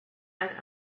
and